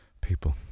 People